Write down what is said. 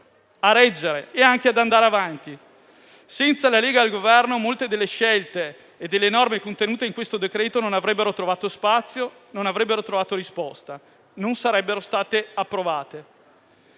a reggere e anche ad andare avanti. Senza la Lega al Governo molte delle scelte e delle norme contenute in questo provvedimento non avrebbero trovato spazio, non avrebbero trovato risposta, non sarebbero state approvate.